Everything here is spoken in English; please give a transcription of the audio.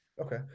okay